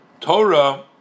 Torah